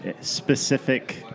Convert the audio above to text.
specific